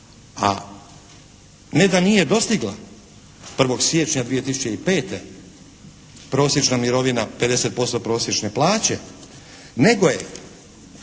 A ne da nije dostigla 1. siječnja 2005. prosječna mirovina 50% prosječne plaće nego je